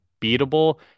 beatable